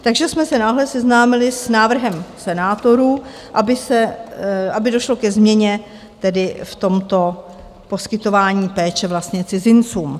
Takže jsme se náhle seznámili s návrhem senátorů, aby došlo ke změně tedy v tomto poskytování péče vlastně cizincům.